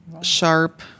sharp